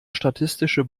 statistische